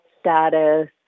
status